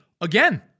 again